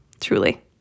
truly